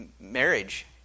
marriage